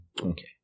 Okay